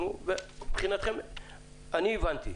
אני הבנתי,